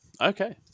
Okay